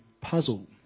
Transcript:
puzzle